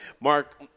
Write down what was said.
Mark